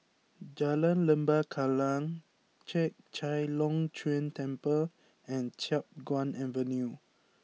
Jalan Lembah Kallang Chek Chai Long Chuen Temple and Chiap Guan Avenue